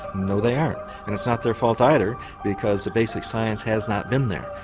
no, they aren't, and it's not their fault either because basic science has not been there.